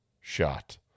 shot